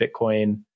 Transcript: Bitcoin